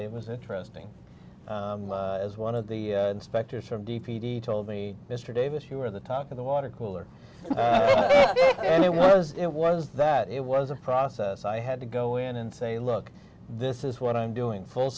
it was interesting as one of the inspectors from d p t told me mr davis you were the talk of the water cooler and it was it was that it was a process i had to go in and say look this is what i'm doing full